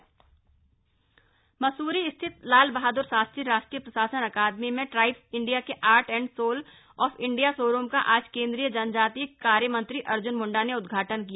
अर्जन Munda LBSNAA Mussoorie स्थित लाल बहाद्र शास्त्री राष्ट्रीय प्रशासन अकादमी में ट्राइब्स इंडिया के art and soul of India showroom का आज केंद्रीय जनजातीय कार्य मंत्री अर्ज्न मूंडा ने उद्घाटन किया